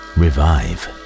revive